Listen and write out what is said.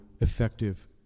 effective